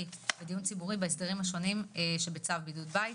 ודיון ציבורי בהסדרים השונים שבצו בידוד בית.